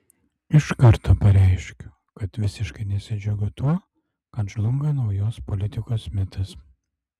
iš karto pareiškiu kad visiškai nesidžiaugiu tuo kad žlunga naujos politikos mitas